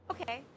Okay